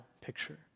picture